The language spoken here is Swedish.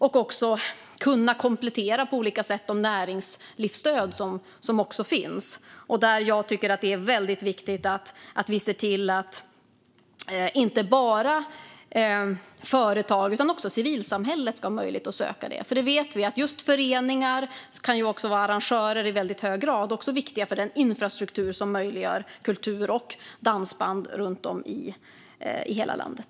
Vi ska också kunna komplettera de näringslivsstöd som också finns. De stöden tycker jag att det är väldigt viktigt att vi ser till att inte bara företag utan också civilsamhället har möjlighet att söka. Vi vet att föreningar och i hög grad också arrangörer är viktiga för den infrastruktur som möjliggör kultur och dansband runt om i hela landet.